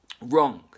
Wrong